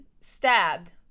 stabbed